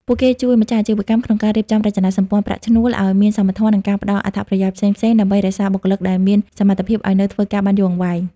ពួកគេជួយម្ចាស់អាជីវកម្មក្នុងការរៀបចំរចនាសម្ព័ន្ធប្រាក់ឈ្នួលឱ្យមានសមធម៌ និងការផ្ដល់អត្ថប្រយោជន៍ផ្សេងៗ ដើម្បីរក្សាបុគ្គលិកដែលមានសមត្ថភាពឱ្យនៅធ្វើការបានយូរអង្វែង។